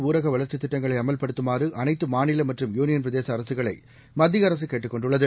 ஊரகவளர்ச்சித் திட்டங்களைஅமல்படுத்துமாறுஅனைத்துமாநிலமற்றும் யூனியன் பிரரேசஅரசுகளைமத்தியஅரசுகேட்டுக் கொண்டுள்ளது